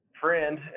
friend